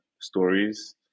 stories